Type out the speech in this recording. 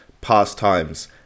pastimes